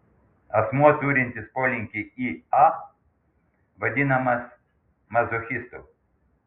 asmuo turintis polinkį į a vadinamas mazochistu